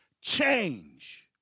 change